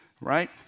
right